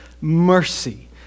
mercy